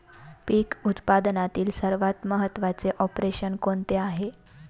पीक उत्पादनातील सर्वात महत्त्वाचे ऑपरेशन कोणते आहे?